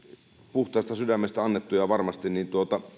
puhtaasta sydämestä annettuja varmasti niin